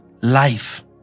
Life